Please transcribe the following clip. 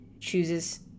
chooses